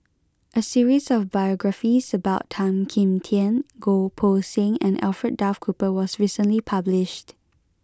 a series of biographies about Tan Kim Tian Goh Poh Seng and Alfred Duff Cooper was recently published